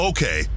Okay